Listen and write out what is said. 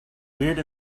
weird